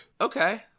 Okay